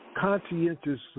conscientious